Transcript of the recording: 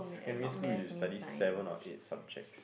secondary school you study seven or eight subjects